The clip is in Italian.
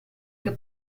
che